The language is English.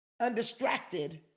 undistracted